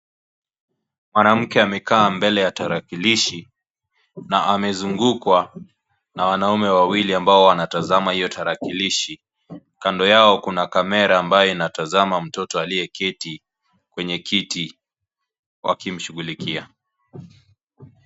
Mwanamke amekaa mbele ya tarakilishi na amezungukwa na wanaume wawili ambao wanatazama hiyo tarakilishi kando Yao kuna kamera ambayo inatazama mtoto aliyeketi kwenye kiti wakimshughulikia.